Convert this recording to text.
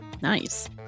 Nice